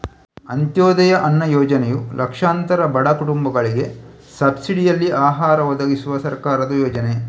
ಅಂತ್ಯೋದಯ ಅನ್ನ ಯೋಜನೆಯು ಲಕ್ಷಾಂತರ ಬಡ ಕುಟುಂಬಗಳಿಗೆ ಸಬ್ಸಿಡಿನಲ್ಲಿ ಆಹಾರ ಒದಗಿಸುವ ಸರ್ಕಾರದ ಯೋಜನೆ